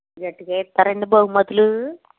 గట్టిగా ఇస్తారా అండి బహుమతులు